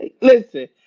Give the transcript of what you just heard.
Listen